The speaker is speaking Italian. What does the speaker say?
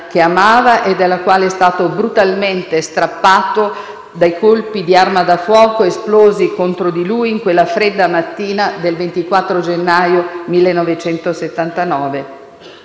che amava e alla quale è stato brutalmente strappato dai colpi di arma da fuoco esplosi contro di lui in quella fredda mattina del 24 gennaio 1979.